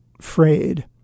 frayed